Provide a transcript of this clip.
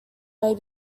may